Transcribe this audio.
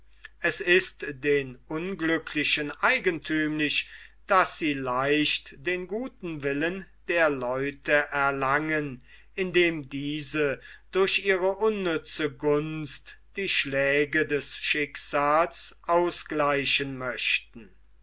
es ist den unglücklichen eigenthümlich daß sie leicht den guten willen der leute erlangen indem diese durch ihre unnütze gunst die schläge des schicksals ausgleichen möchten